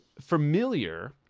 familiar